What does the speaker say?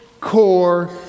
core